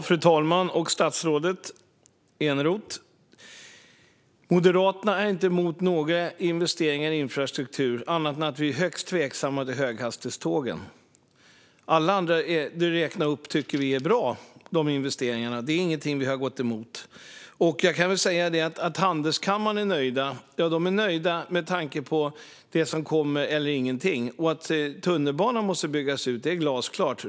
Fru talman och statsrådet Eneroth! Moderaterna är inte emot några investeringar i infrastruktur, förutom att vi är högst tveksamma till höghastighetstågen. Alla andra investeringar som du räknade upp tycker vi är bra; det är inget vi har gått emot. Att handelskamrarna är nöjda beror ju på att det handlar om det som kommer eller ingenting. Att tunnelbanan måste byggas ut är glasklart.